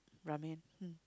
Ramen